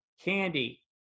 candy